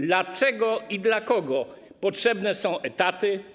Dlaczego i dla kogo potrzebne są etaty?